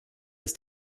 ist